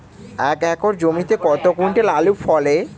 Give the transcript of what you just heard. এক একর জমিতে কত কুইন্টাল আলু ফলে?